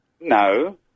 No